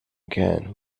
again